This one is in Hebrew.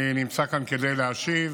אני נמצא כאן כדי להשיב